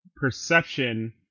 perception